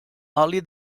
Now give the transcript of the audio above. oli